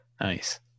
nice